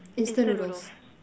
instant noodles